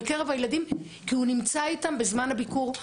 אף אחד לא מפריע לביקור.